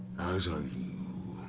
as are you.